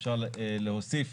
אפשר להוסיף